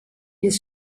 his